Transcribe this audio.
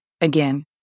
again